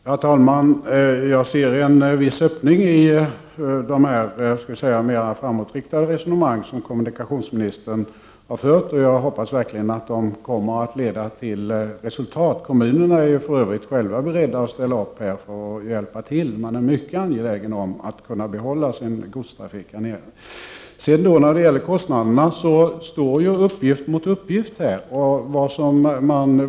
Herr talman! Jag ser en viss öppning i det mera framåtriktade resonemang som kommunikationsministern har fört, och jag hoppas verkligen att det kommer att leda till resultat. Kommunerna är för övrigt själva beredda att ställa upp och hjälpa till. De är mycket angelägna om att kunna behålla sin godstrafik. När det gäller kostnaderna står uppgift mot uppgift.